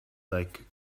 like